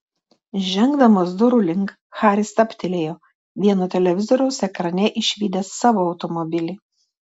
žengdamas durų link haris stabtelėjo vieno televizoriaus ekrane išvydęs savo automobilį